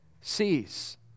sees